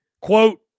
Quote